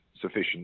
sufficient